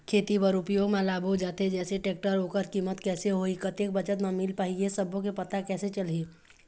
खेती बर उपयोग मा लाबो जाथे जैसे टेक्टर ओकर कीमत कैसे होही कतेक बचत मा मिल पाही ये सब्बो के पता कैसे चलही?